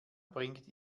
bringt